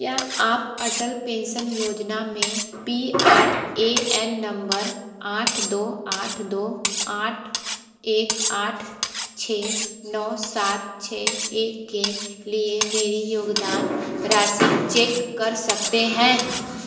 क्या आप अटल पेंशन योजना में P R A N number आठ दो आठ दो आठ एक आठ छः नौ सात छः एक के लिए मेरी योगदान राशि चेक कर सकते हैं